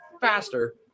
faster